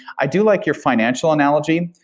i do like your financial analogy.